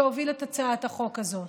שהוביל את הצעת החוק הזאת.